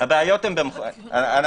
הבעיות הן במרכז